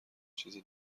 چیز